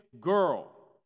girl